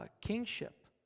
kingship